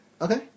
Okay